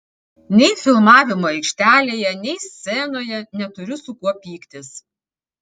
nei filmavimo aikštelėje nei scenoje neturiu su kuo pyktis